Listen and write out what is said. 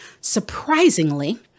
Surprisingly